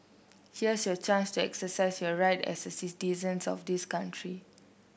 here's your chance to exercise your right as citizen of this country